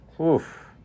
oof